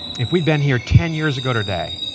if we'd been here ten years ago today,